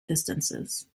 distances